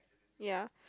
ya